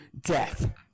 death